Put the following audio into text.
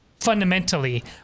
Fundamentally